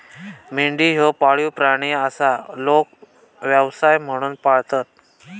मेंढी ह्यो पाळीव प्राणी आसा, लोक व्यवसाय म्हणून पाळतत